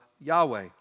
Yahweh